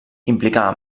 implicava